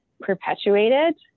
Perpetuated